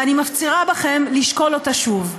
ואני מפצירה בכם לשקול אותה שוב.